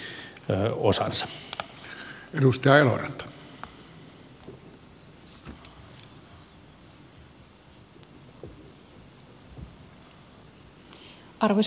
arvoisa puhemies